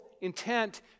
intent